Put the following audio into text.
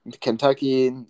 Kentucky